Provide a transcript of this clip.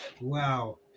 Wow